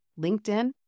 linkedin